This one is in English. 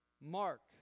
mark